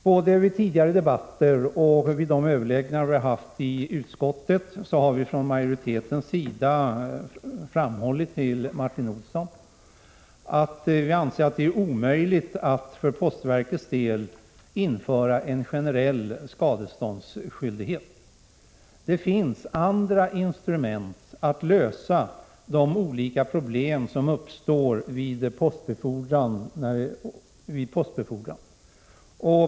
Både i tidigare debatter och vid de överläggningar vi haft i utskottet har vi från majoritetens sida framhållit för Martin Olsson att vi anser att det är omöjligt att för postverkets del införa en generell skadeståndsskyldighet. Det finns andra instrument att lösa de olika problem som uppstår vid postbefordran.